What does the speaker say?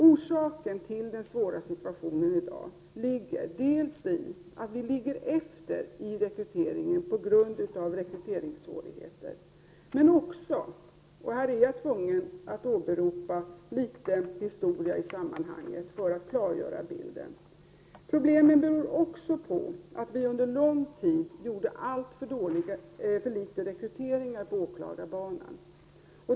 Orsaken till den svåra situationen i dag ligger dels i att vi ligger efter i fråga om rekryteringen på grund av rekryteringssvårigheter, dels — och här är jag för att kunna klargöra bilden tvungen att åberopa litet historia i sammanhanget — i att vi under lång tid gjorde alltför litet rekryteringar till åklagarbanan.